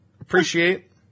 Appreciate